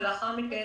ולאחר מכן,